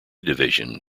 division